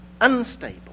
unstable